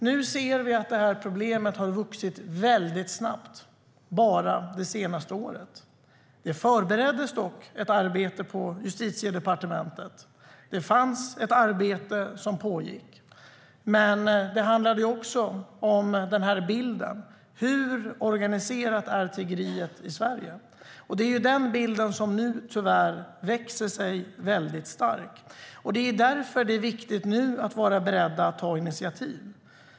Nu ser vi att det här problemet har vuxit väldigt snabbt bara det senaste året. Det förbereddes dock ett arbete på Justitiedepartementet och ett arbete pågick. Det handlade också om bilden av hur organiserat tiggeriet är i Sverige. Det är den bilden som nu tyvärr växer sig väldigt stark. Det är därför det är viktigt att nu vara beredd att ta initiativ.